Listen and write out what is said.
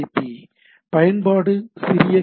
B பயன்பாடு சிறிய H